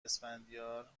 اسفندیار